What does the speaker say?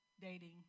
Dating